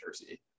jersey